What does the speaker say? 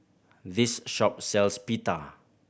this shop sells Pita